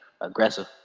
aggressive